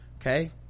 okay